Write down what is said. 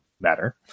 matter